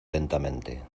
lentamente